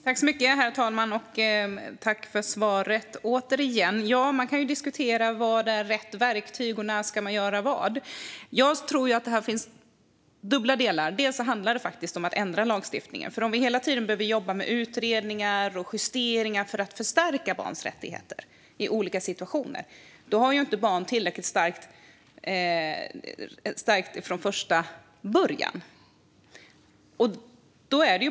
Herr talman! Tack, justitieministern, för svaret återigen! Man kan diskutera vad som är rätt verktyg och när man ska göra vad. Jag tror att det finns dubbla delar. Delvis handlar det faktiskt om att ändra lagstiftningen, för om vi hela tiden behöver jobba med utredningar och justeringar för att förstärka barns rättigheter i olika situationer har inte barn tillräckligt stark rätt från första början.